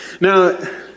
Now